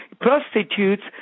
prostitutes